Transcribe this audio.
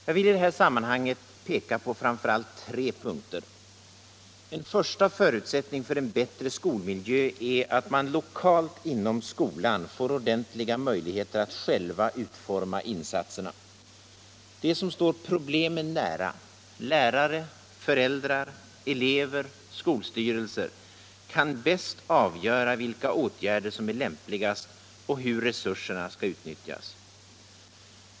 Jag vill i det här sammanhanget peka på framför allt tre punkter: En första förutsättning för en bättre skolmiljö är, att man lokalt inom skolan får ordentliga möjligheter att själv utforma insatserna. De som 41 står problemen nära — lärare, föräldrar, elever, skolstyrelser — kan bäst avgöra vilka åtgärder som är lämpligast och hur resurserna skall utnyttjas.